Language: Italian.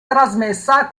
trasmessa